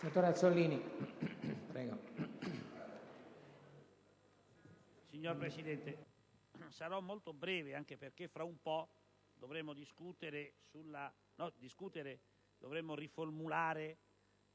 Signor Presidente, sarò molto breve, anche perché fra non molto dovremo riformulare